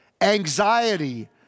anxiety